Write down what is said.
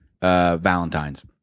Valentines